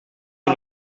que